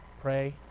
pray